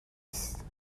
است